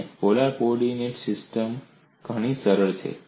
અને પોલાર કો ઓર્ડિનેટ્સમાં સિસ્ટમ ઘણી સરળ છે